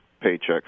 paycheck